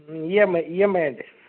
EMI EMI అండి